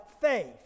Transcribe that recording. faith